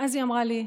ואז היא אמרה לי: